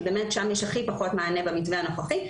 כי שם יש הכי פחות מענה במתווה הנוכחי.